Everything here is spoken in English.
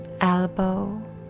elbow